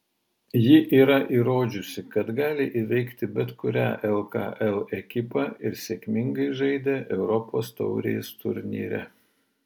ji yra įrodžiusi kad gali įveikti bet kurią lkl ekipą ir sėkmingai žaidė europos taurės turnyre